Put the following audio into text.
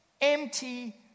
empty